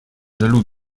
jaloux